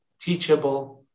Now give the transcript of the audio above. teachable